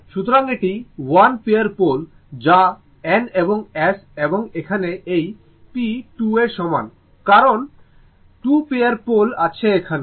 সুতরাং এটি 1 pair pole যা N এবং S এবং এখানে এই p 2 এর সমান কারণ 2 পেয়ার পোল আছে এখানে